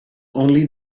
only